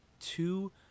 two